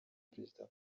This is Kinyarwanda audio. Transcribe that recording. perezida